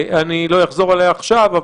לא אחזור עליה עכשיו.